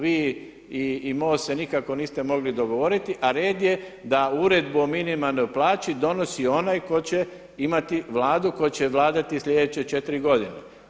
Vi i MOST se nikako niste mogli dogovoriti, a red je da uredbom o minimalnoj plaći donosi onaj tko će imati vladu, tko će vladati sljedeće četiri godine.